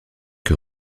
que